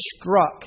struck